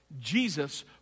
Jesus